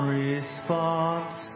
response